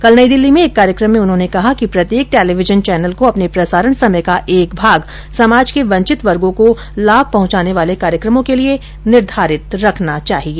कल नई दिल्ली में एक कार्यक्रम में उन्होंने कहा कि प्रत्येक टेलीविजन चैनल को अपने प्रसारण समय का एक भाग समाज के वंचित वर्गों को लाभ पहंचाने वाले कार्यक्रमों के लिए निर्धारित रखना चाहिए